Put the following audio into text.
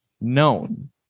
known